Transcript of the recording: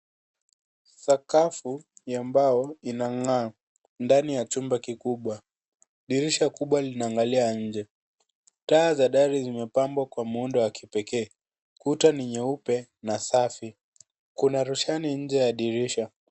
Sakafu ya mbao inang'aa, ndani ya chumba kikubwa. Dirisha kubwa linaangalia nje. Taa za dari zimepambwa kwa muundo wa kipekee. Kuta ni nyeupe na safi. Kuna roshani nje ya dirisha.